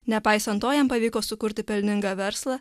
nepaisant to jam pavyko sukurti pelningą verslą